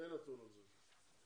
אין נתון על זה.